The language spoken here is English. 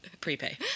prepay